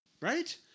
right